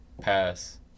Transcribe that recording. pass